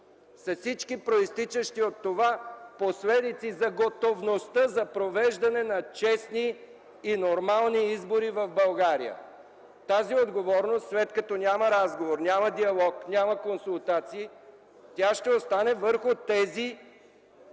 с всички произтичащи от това последици за готовността за провеждане на честни и нормални избори в България. Тази отговорност, след като няма разговор, няма диалог, няма консултации, ще остане върху тези,